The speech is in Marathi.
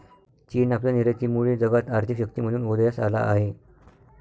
चीन आपल्या निर्यातीमुळे जगात आर्थिक शक्ती म्हणून उदयास आला आहे